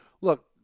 Look